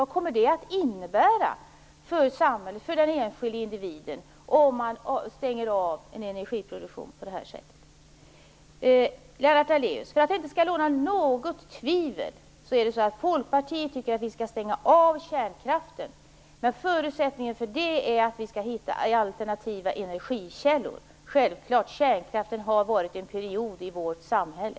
Vad kommer det att innebära för samhället, för den enskilde individen om man stänger av en energiproduktion på det här sättet? För att det inte skall råda något tvivel, Lennart Daléus, vill jag säga att Folkpartiet tycker att vi skall stänga av kärnkraften. Men förutsättningen för det är att vi skall hitta alternativa energikällor. Självklart har kärnkraften varit en period i vårt samhälle.